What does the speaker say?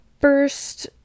first